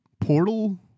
Portal